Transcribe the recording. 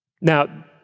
Now